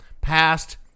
passed